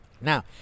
Now